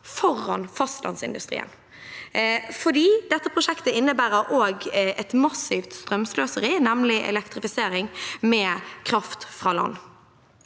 framfor fastlandsindustrien, for dette prosjektet innebærer også et massivt strømsløseri, med elektrifisering med kraft fra land.